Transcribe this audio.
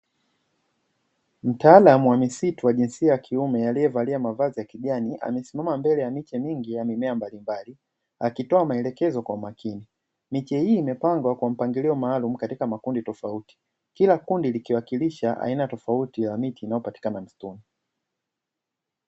Mtaalamu wa misitu wa jinsia ya kiume aliyevalia mavazi ya kijani amesimama mbele ya miche mingi ya mimea mbalimbali, akitoa maelekezo kwa umakini, miche hii imepangwa kwa mpangilio maalumu katika makundi tofauti, kila kundi likiwakilisha aina tofauti ya miti inayopatikana msituni.